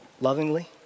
Lovingly